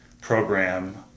program